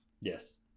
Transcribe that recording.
Yes